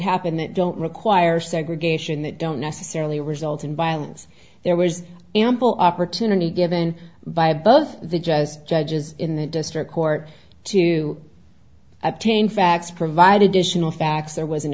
happen that don't require segregation that don't necessarily result in violence there was ample opportunity given by both the just judges in the district court to obtain facts provide additional facts there was an